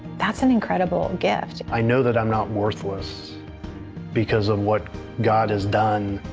that's an incredible gift. i know that i'm not worthless because of what god has done